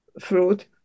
fruit